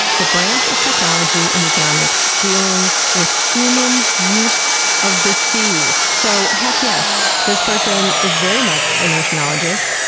the branch of technology and economics dealing with human use of the sea. so heck yes, this person is very much an oceanologist.